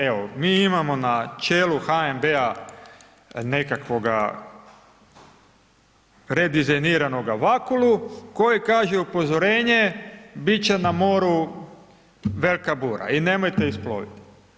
Evo, mi imamo na čelu HNB-a nekakvog redizajniranoga Vakulu, koji kaže upozorenje, biti će na moru velika bura i nemojte isploviti.